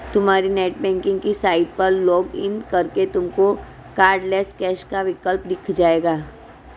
तुम्हारी नेटबैंकिंग की साइट पर लॉग इन करके तुमको कार्डलैस कैश का विकल्प दिख जाएगा